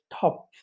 top